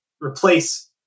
replace